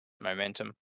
momentum